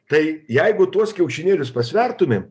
tai jeigu tuos kiaušinėlius pasvertumėm